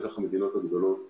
בטח לא המדינות הגדולות והמבוזרות.